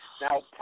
Now